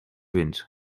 wind